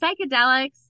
Psychedelics